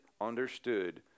understood